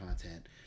content